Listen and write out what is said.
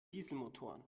dieselmotoren